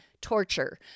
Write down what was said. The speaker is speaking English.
torture